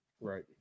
right